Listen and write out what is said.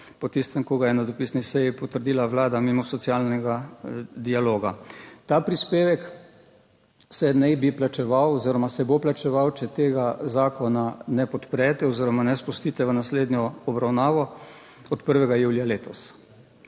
po tistem, ko ga je na dopisni seji potrdila Vlada mimo socialnega dialoga. Ta prispevek se naj bi plačeval oziroma se bo plačeval, če tega zakona ne podprete oziroma ne spustite v naslednjo obravnavo, od 1. julija letos.